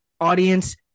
Audience